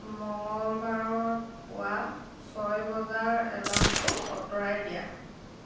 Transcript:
মঙলবাৰৰ পুৱা ছয় বজাৰ এলাৰ্মটো আঁতৰাই দিয়া